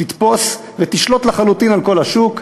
תתפוס ותשלוט לחלוטין על כל השוק,